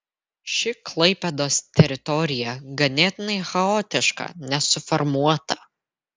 ši klaipėdos teritorija ganėtinai chaotiška nesuformuota